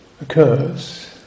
occurs